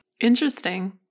Interesting